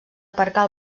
aparcar